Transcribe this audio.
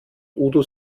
udo